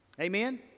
Amen